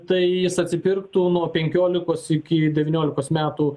tai jis atsipirktų nuo penkiolikos iki devyniolikos metų